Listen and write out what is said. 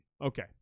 okay